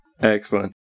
Excellent